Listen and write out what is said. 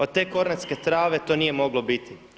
Od te Kornatske trave to nije moglo biti.